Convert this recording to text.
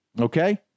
okay